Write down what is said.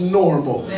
normal